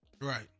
Right